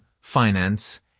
finance